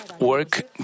work